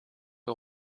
aux